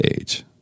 age